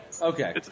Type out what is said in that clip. Okay